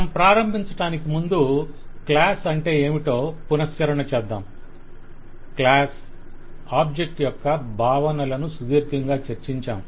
మనం ప్రారంభించడానికి ముందు క్లాస్ అంటే ఏమిటో పునఃశ్చరణ చేద్దాం - క్లాస్ ఆబ్జెక్ట్ యొక్క భావనలను సుదీర్ఘంగా చర్చించాము